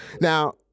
now